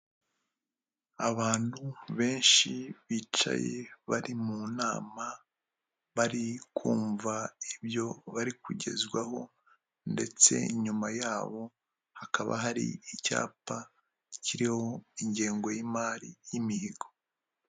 Abantu benshi bicaye bari mu nama bari kumva ibyo bari kugezwaho ndetse inyuma yabo hakaba hari icyapa kiriho ingengo y'imari y'imihigo.